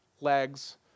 legs